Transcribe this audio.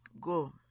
go